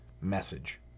message